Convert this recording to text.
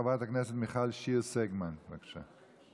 חברת הכנסת מיכל שיר סגמן, בבקשה.